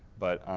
but,